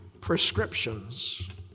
prescriptions